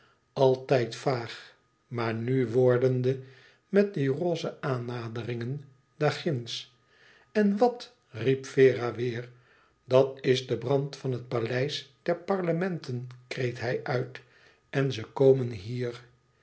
altijd vaag maar nu wordende met die rosse aannaderingen daar ginds en wat riep vera weêr dat is de brand van het paleis der parlementen kreet hij uit en ze komen hier